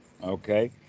Okay